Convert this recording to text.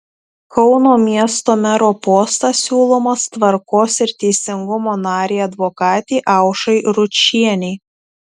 kauno miesto mero postas siūlomas tvarkos ir teisingumo narei advokatei aušrai ručienei